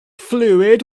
fluid